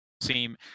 seem